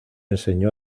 enseñó